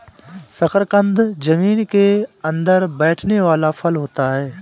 शकरकंद जमीन के अंदर बैठने वाला फल होता है